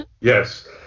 Yes